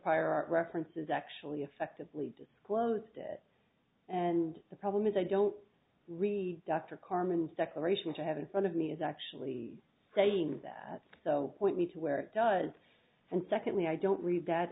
prior art references actually effectively disclosed it and the problem is i don't really dr carmen's declaration to have in front of me is actually saying that so point me to where it does and secondly i don't read that